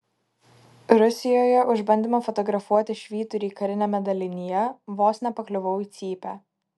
rusijoje už bandymą fotografuoti švyturį kariniame dalinyje vos nepakliuvau į cypę